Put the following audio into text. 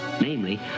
namely